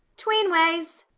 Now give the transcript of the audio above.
tweenwayes.